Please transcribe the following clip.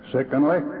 Secondly